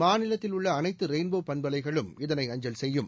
மாநிலத்தில் உள்ளஅனைத்து ரெயின்போ பண்பலைகளும் இதனை அஞ்சல் செய்யும்